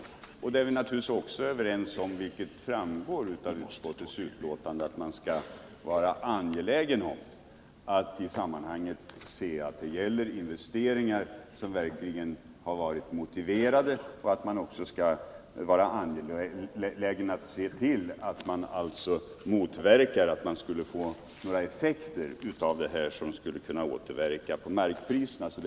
Vidare framgår det att vi är överens om det angelägna i att man i det sammanhanget inser att det gäller investeringar som verkligen har varit motiverade samt det angelägna i att man ser till att sådana effekter som skulle kunna återverka på markpriserna motverkas.